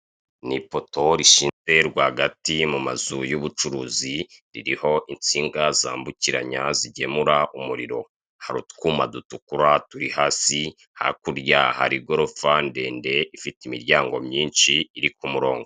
Ni ipoto rishinze rwagati mu mazu y'ubucuruzi, ririho insinga zambukiranya, zigemura umuriro. Hari utwuma dutukura turi hasi, hakurya hari gorofa ndende, ifite imiryango myinshi iri ku murongo.